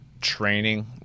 training